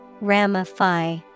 Ramify